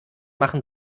machen